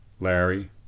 larry